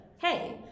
hey